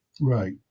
Right